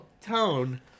tone